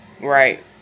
right